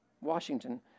Washington